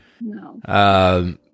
No